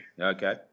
Okay